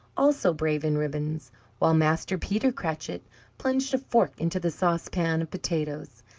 also brave in ribbons while master peter cratchit plunged a fork into the saucepan of potatoes,